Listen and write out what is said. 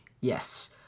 yes